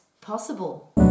possible